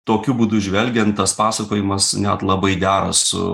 tokiu būdu žvelgiant tas pasakojimas net labai dera su